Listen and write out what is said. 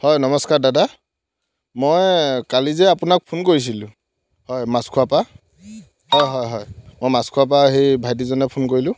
হয় নমস্কাৰ দাদা মই কালি যে আপোনাক ফোন কৰিছিলোঁ হয় মাছখোৱা পা হয় হয় হয় মই মাছখোৱাৰ পৰা সেই ভাইটিজনে ফোন কৰিলোঁ